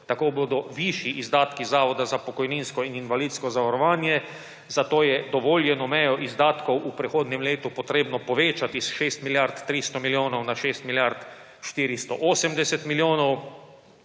Tako bodo višji izdatki Zavoda za pokojninsko in invalidsko zavarovanje, zato je dovoljeno mejo izdatkov v prehodnem letu potrebno povečati s 6 milijard 300 milijonov na 6 milijard 480 milijonov,